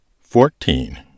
fourteen